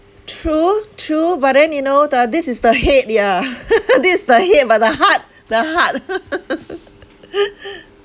true true but then you know the this is the head yeah this is the head but the heart the heart